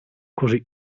così